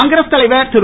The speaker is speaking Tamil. காங்கிரஸ் தலைவர் திரு